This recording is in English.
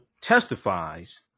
testifies